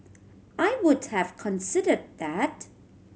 I would have considered that